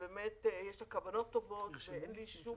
ובאמת יש לה כוונות טובות ואין לי שום